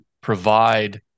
provide